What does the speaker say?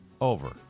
Over